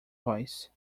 voice